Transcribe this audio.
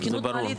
זה ברור,